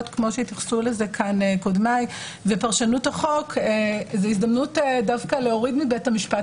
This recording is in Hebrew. כפי שהתייחסו לזה פה קודמיי ופרשנות החוק זו הזדמנות להוריד מבית המשפט